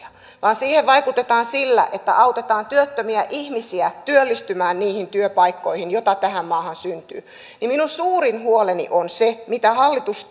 vaan siihen vaikutetaan sillä että autetaan työttömiä ihmisiä työllistymään niihin työpaikkoihin joita tähän maahan syntyy niin niin minun suurin huoleni on se mitä hallitus